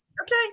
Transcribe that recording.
Okay